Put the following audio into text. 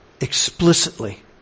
explicitly